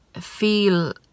feel